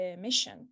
mission